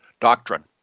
doctrine